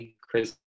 Chris